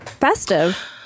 Festive